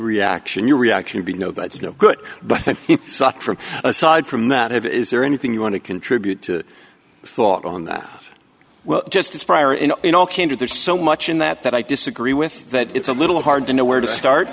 reaction your reaction be no that's no good but suck from aside from that it is there anything you want to contribute to thought on that well just as prior in in all candor there's so much in that that i disagree with that it's a little hard to know where to start